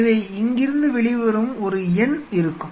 எனவே இங்கிருந்து வெளிவரும் ஒரு n இருக்கும்